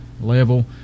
Level